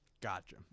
Gotcha